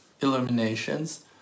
illuminations